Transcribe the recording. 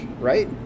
right